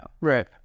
Right